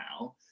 now